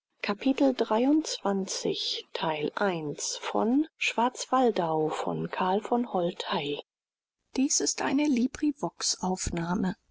es ist eine